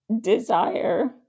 desire